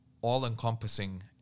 all-encompassing